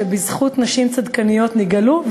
בזכות נשים צדקניות נגאלו,